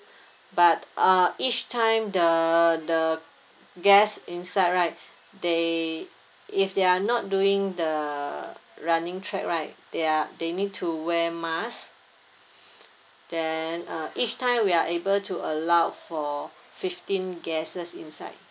but uh each time the the guest inside right they if they are not doing the running track right they are they need to wear mask then uh each time we are able to allow for fifteen guests inside